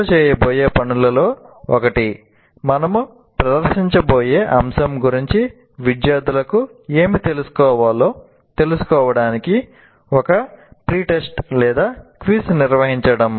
ప్రజలు చేయబోయే పనులలో ఒకటి మనము ప్రదర్శించబోయే అంశం గురించి విద్యార్థులకు ఏమి తెలుసుకోవాలో తెలుసుకోవడానికి ఒక ప్రిటెస్ట్ లేదా క్విజ్ నిర్వహించడం